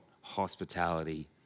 hospitality